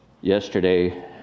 Yesterday